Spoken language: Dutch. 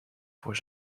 voor